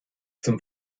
zum